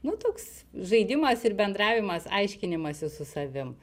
nu toks žaidimas ir bendravimas aiškinimasis su savim